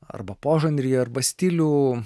arba požanrį arba stilių